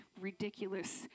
Ridiculous